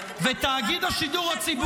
אדוני השר.